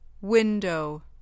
window